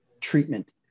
treatment